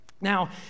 Now